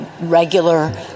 regular